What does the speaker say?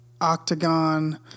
octagon